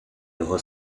його